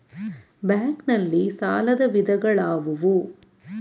Bank ನಲ್ಲಿ ಸಾಲದ ವಿಧಗಳಾವುವು?